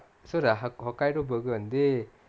so the ha hokkaido வந்து:vanthu